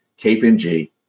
KPMG